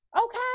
okay